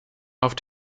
auf